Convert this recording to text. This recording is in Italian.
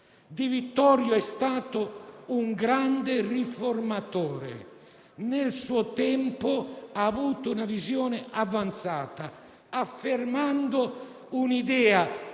Di Vittorio è stato un grande riformatore: nel suo tempo ha avuto una visione avanzata, affermando un'idea